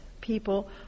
people